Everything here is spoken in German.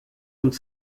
uns